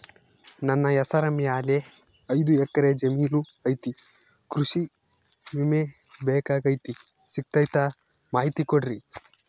ನನ್ನ ಹೆಸರ ಮ್ಯಾಲೆ ಐದು ಎಕರೆ ಜಮೇನು ಐತಿ ಕೃಷಿ ವಿಮೆ ಬೇಕಾಗೈತಿ ಸಿಗ್ತೈತಾ ಮಾಹಿತಿ ಕೊಡ್ರಿ?